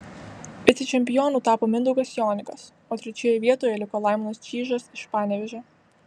vicečempionu tapo mindaugas jonikas o trečioje vietoje liko laimonas čyžas iš panevėžio